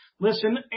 listen